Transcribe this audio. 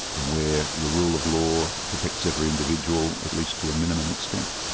and where the rule of law protects every individual, at least to a minimum extent.